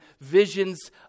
Visions